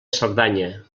cerdanya